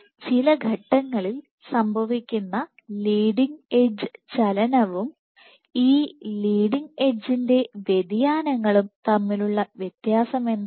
ചില ഘട്ടങ്ങളിൽ സംഭവിക്കുന്ന ലീഡിങ് എഡ്ജ് ചലനവും ഈ ലീഡിങ് എഡ്ജിന്റെ വ്യതിയാനങ്ങളും തമ്മിലുള്ള വ്യത്യാസമെന്താണ്